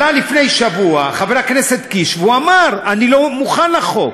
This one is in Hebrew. עלה לפני שבוע חבר הכנסת קיש ואמר: אני לא מוכן לחוק,